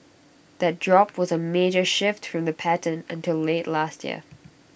that drop was A major shift from the pattern until late last year